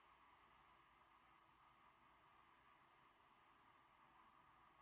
yeuh okay